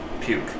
puke